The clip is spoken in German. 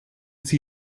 sie